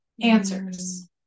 answers